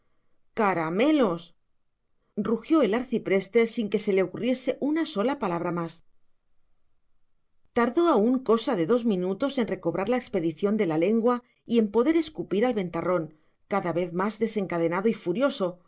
caramelos rugió el arcipreste sin que se le ocurriese una sola palabra más tardó aún cosa de dos minutos en recobrar la expedición de la lengua y en poder escupir al ventarrón cada vez más desencadenado y furioso